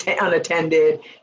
unattended